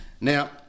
Now